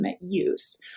use